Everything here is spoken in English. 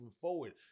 forward